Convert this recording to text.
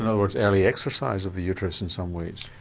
in other words, early exercise of the uterus in some ways?